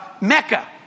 Mecca